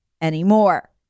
anymore